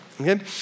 Okay